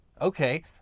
Okay